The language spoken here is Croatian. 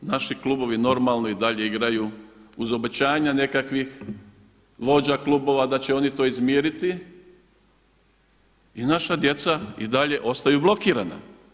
Naši klubovi normalno i dalje igraju uz obećanja nekakvih vođa klubova da će oni to izmiriti i naša djeca i dalje ostaju blokirana.